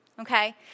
okay